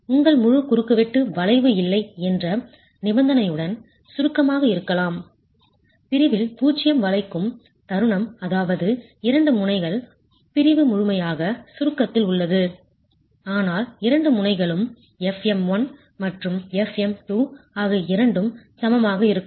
உங்கள் முழு குறுக்குவெட்டு வளைவு இல்லை என்ற நிபந்தனையுடன் சுருக்கமாக இருக்கலாம் பிரிவில் பூஜ்ஜியம் வளைக்கும் தருணம் அதாவது இரண்டு முனைகள் பிரிவு முழுமையாக சுருக்கத்தில் உள்ளது ஆனால் இரண்டு முனைகளும் fm1 மற்றும் fm2 ஆகிய இரண்டும் சமமாக இருக்கும்